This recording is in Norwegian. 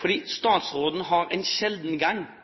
fordi statsråden en sjelden gang har